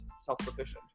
self-sufficient